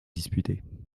disputées